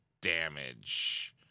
damage